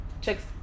checks